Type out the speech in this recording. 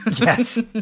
Yes